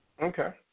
okay